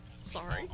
Sorry